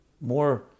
more